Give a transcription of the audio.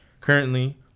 Currently